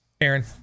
Aaron